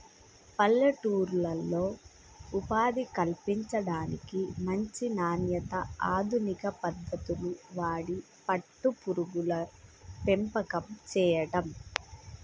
పల్లెటూర్లలో ఉపాధి కల్పించడానికి, మంచి నాణ్యత, అధునిక పద్దతులు వాడి పట్టు పురుగుల పెంపకం చేయడం